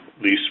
lease